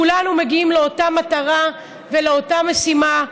כולנו מגיעים מאותה מטרה ומאותה משימה.